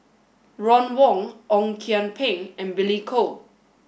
Ron Wong Ong Kian Peng and Billy Koh